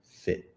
fit